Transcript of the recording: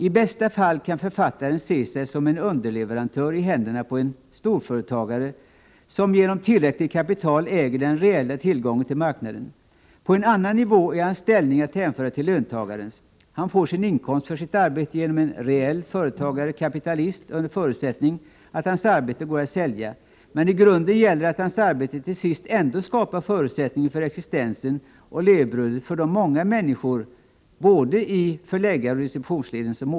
I bästa fall kan författaren se sig som underleverantör i händerna på en storföretagare, som genom tillräckligt kapital äger den reella tillgången till marknaden. På en annan nivå är hans ställning att hänföra till löntagarens. Han får sin inkomst för sitt arbete genom en reell företagare-kapitalist under förutsättning att hans arbete går att sälja, men i grunden gäller att hans arbete till sist ändå skapar förutsättningen för existensen och levebrödet för de många människor som återfinns i både förläggaroch distributionsleden.